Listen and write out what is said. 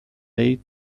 may